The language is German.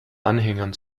anhängern